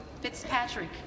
Fitzpatrick